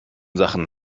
sachen